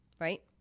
Right